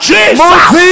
Jesus